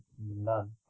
None